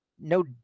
no